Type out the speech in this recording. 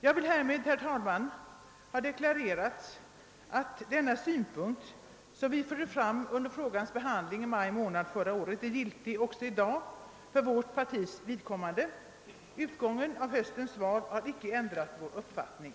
Jag vill härmed, herr talman, ha deklarerat, att denna synpunkt, som vi förde fram under frågans behandling i maj månad förra året, är giltig också i dag för vårt partis vidkommande. Utgången av höstens val har icke ändrat vår uppfattning.